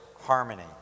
harmony